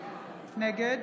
נגד